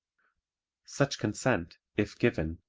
such consent, if given,